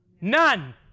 None